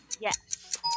Yes